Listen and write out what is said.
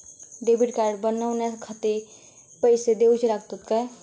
Debit card बनवण्याखाती पैसे दिऊचे लागतात काय?